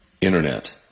Internet